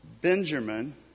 Benjamin